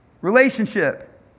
Relationship